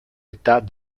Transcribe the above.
état